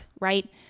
right